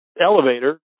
elevator